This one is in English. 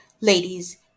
Ladies